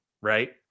right